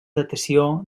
datació